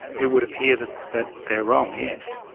it would appear that that they're wrong, yes.